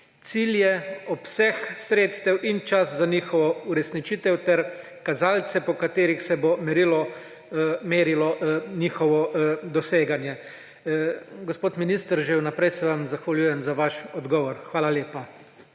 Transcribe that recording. cilje, obseg sredstev in čas za njihovo uresničitev ter kazalce, po katerih se bo merilo njihovo doseganje. Gospod minister, že vnaprej se vam zahvaljujem za vaš odgovor. Hvala lepa.